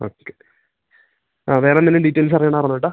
okay ആ വേറെന്തേലു ഡീറ്റേൽസറിയണാർന്നോ ഏട്ടാ